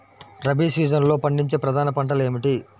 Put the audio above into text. రబీ సీజన్లో పండించే ప్రధాన పంటలు ఏమిటీ?